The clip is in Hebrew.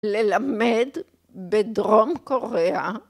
ללמד בדרום קוריאה.